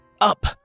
Up